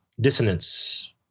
dissonance